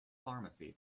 pharmacy